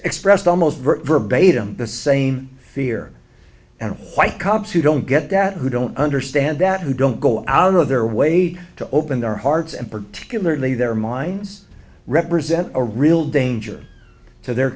expressed almost verbatim the same fear and white cops who don't get that who don't understand that who don't go out of their way to open their hearts and particularly their minds represent a real danger to their